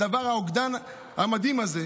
מהאוגדן המדהים הזה,